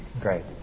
Great